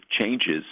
changes